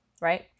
right